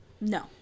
No